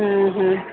ଉଁ ହୁଁ